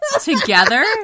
together